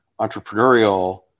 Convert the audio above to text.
entrepreneurial